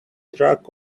track